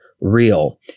real